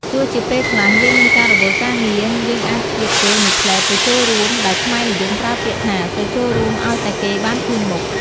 ទោះជាពេលខ្លះយើងមានការរវល់ការងារ យើងអាចឆ្លៀតពេលមួយភ្លេតទៅចូលរួម ដែលខ្មែរនិយមប្រើពាក្យថា "ទៅចូលរួមអោយតែគេបានឃើញមុខ"។